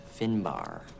Finbar